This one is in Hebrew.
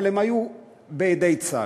אבל הן היו בידי צה"ל.